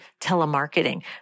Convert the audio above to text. telemarketing